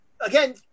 again